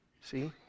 see